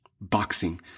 Boxing